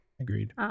Agreed